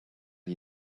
you